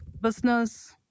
business